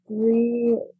three